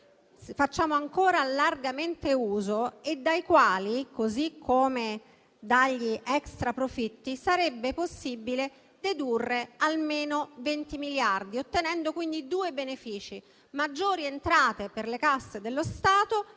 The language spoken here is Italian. facciamo ancora largamente uso e dai quali, così come dagli extraprofitti, sarebbe possibile dedurre almeno 20 miliardi. Si otterrebbero in tal modo due benefici: maggiori entrate per le casse dello Stato e